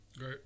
Right